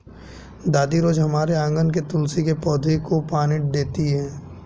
दादी रोज हमारे आँगन के तुलसी के पौधे को पानी देती हैं